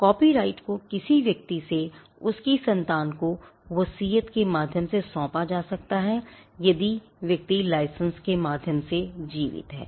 copyright को किसी व्यक्ति से उसकी संतान को वसीयत के माध्यम से सौंपा जा सकता है यदि व्यक्ति लाइसेंस के माध्यम से जीवित है